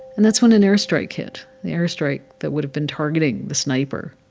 and that's when an airstrike hit the airstrike that would've been targeting the sniper.